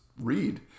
read